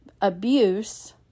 abuse